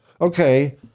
Okay